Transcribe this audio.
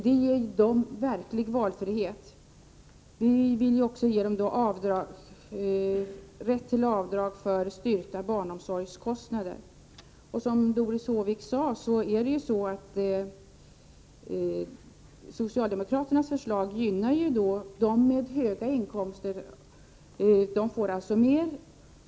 Det ger dem verklig valfrihet. Vi vill också ge dem rätt till avdrag för styrkta barnomsorgskostnader. Som Doris Håvik sade gynnar socialdemokraternas dem som har höga inkomster — de får mer.